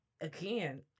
Again